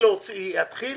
שיתחיל